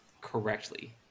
correctly